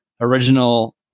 original